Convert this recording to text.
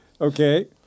Okay